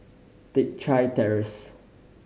Teck Chye Terrace